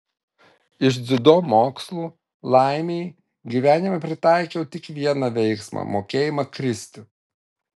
iš dziudo mokslų laimei gyvenime pritaikiau tik vieną veiksmą mokėjimą kristi